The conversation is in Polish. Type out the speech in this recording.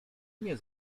nie